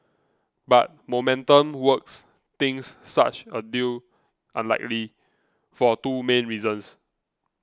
but Momentum Works thinks such a deal unlikely for two main reasons